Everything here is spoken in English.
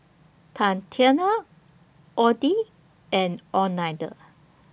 Tatianna Oddie and Oneida